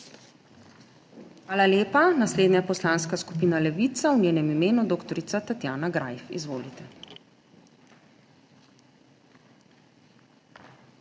Hvala lepa. Naslednja je Poslanska skupina Levica, v njenem imenu dr. Tatjana Greif. Izvolite.